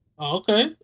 Okay